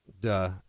Duh